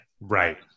Right